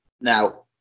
Now